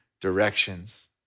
directions